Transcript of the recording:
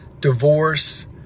divorce